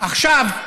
עכשיו,